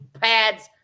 pads